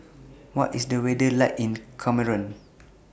What IS The weather like in Cameroon